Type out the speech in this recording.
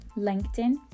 LinkedIn